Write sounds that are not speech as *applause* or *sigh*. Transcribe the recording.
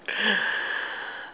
*noise*